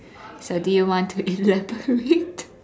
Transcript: so do you want to elaborate